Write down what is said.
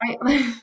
right